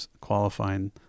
qualifying